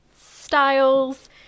styles